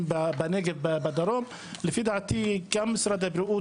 בנגב ובדרום לפי דעתי קשור גם למשרד הבריאות,